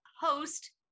host